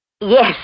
Yes